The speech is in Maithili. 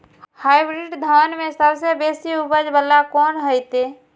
हाईब्रीड धान में सबसे बेसी उपज बाला कोन हेते?